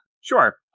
Sure